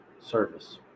service